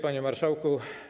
Panie Marszałku!